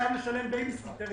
חייב לשלם בייביסיטר.